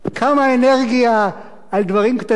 כמה אנרגיה על דברים קטנים,